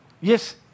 yes